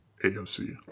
AOC